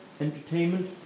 entertainment